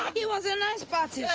it was a nice party. yeah,